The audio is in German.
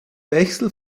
wechsel